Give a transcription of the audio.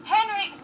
Henry